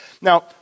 Now